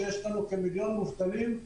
שיש לנו כמיליון מובטלים,